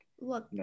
look